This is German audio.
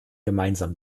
gemeinsam